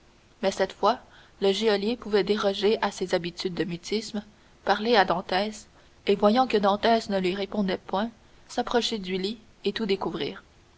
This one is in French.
mais cette fois le geôlier pouvait déroger à ses habitudes de mutisme parler à dantès et voyant que dantès ne lui répondait point s'approcher du lit et tout découvrir